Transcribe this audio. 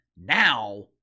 Now